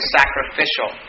sacrificial